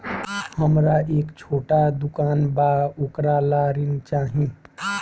हमरा एक छोटा दुकान बा वोकरा ला ऋण चाही?